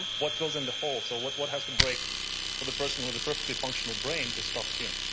what fills in the whole? so, what what has to break for the person with a perfectly functional brain to stop seeing?